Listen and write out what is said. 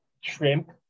shrimp